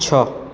છ